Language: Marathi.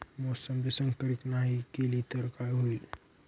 मोसंबी संकरित नाही केली तर काय होईल?